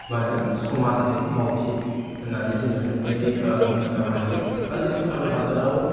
मा होन्दो समाजनि मावथि होननानै जोङो थोंजोङै बुंनो हायो बा जोंनि भारत हादराव